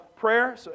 prayer